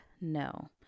no